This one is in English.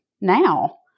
now